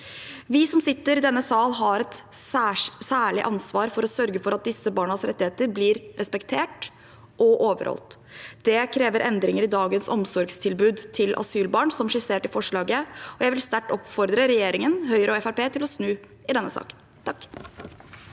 Vi som sitter i denne sal, har et særlig ansvar for å sørge for at disse barnas rettigheter blir respektert og overholdt. Det krever endringer i dagens omsorgstilbud til asylbarn som skissert i forslaget. Jeg vil sterkt oppfordre regjeringen, Høyre og Fremskrittspartiet til å snu i denne saken.